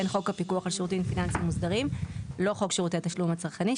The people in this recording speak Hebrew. חוק הפיקוח על שירותים פיננסי מוסדרים; לא חוק שירותי תשלום הצרכני,